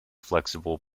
flexible